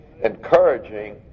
encouraging